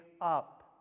up